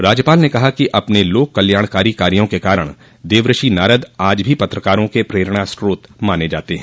राज्यपाल ने कहा कि अपने लोक कल्याणकारी कार्यों के कारण देवर्षि नारद आज भी पत्रकारों के प्रेरणा स्रोत माने जाते हैं